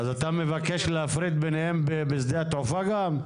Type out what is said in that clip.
אתה מבקש להפריד ביניהם גם בשדה התעופה?